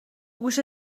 گوش